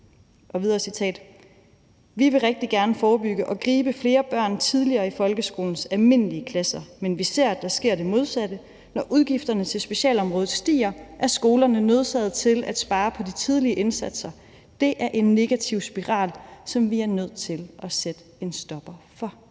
videre: ”Vi vil rigtig gerne forebygge og gribe flere børn tidligere i folkeskolens almindelige klasser. Men vi ser, at der sker det modsatte. Når udgifterne til specialområdet stiger, er skolerne nødsaget til at spare på de tidlige indsatser. Det er en negativ spiral, som vi er nødt til at sætte en stopper for«.